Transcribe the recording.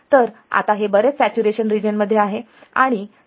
तर आता हे बरेच सॅच्युरेशन रिजन मध्ये आहे